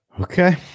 Okay